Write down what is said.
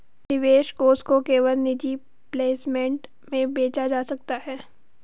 निवेश कोष को केवल निजी प्लेसमेंट में बेचा जा सकता है